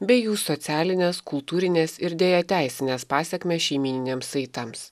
bei jų socialines kultūrines ir deja teisines pasekmes šeimyniniams saitams